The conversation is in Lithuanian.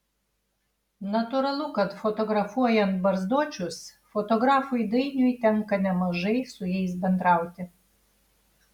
natūralu kad fotografuojant barzdočius fotografui dainiui tenka nemažai su jais bendrauti